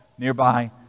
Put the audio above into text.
Nearby